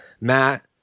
Matt